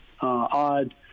Odd